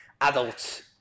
adults